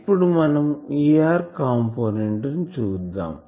ఇప్పుడు మనం Er component ని చూద్దాం